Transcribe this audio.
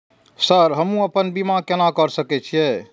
Sir हमू अपना बीमा केना कर सके छी?